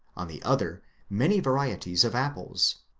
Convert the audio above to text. on the other many varieties of apples.